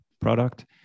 product